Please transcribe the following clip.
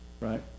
right